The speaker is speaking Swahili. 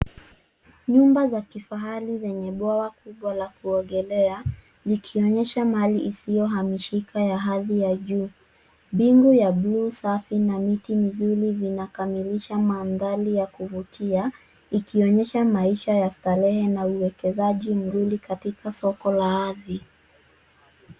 Nyumba za kifahari zenye bwawa kubwa la kuogelea likionyesha mali isiyohamishika ya hadhi ya juu. Bingu ya bluu safi na miti mizuri vinakamilisha mandhari ya kuvutia ikionyesha maisha ya starehe na uwekezaji mzuri katika soko la ardhi.